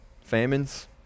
famines